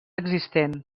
existent